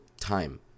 time